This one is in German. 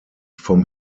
vom